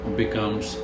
becomes